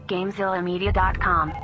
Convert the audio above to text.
GamezillaMedia.com